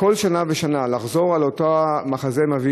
מכיוון שאין להן רצף של עבודה,